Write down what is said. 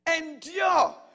endure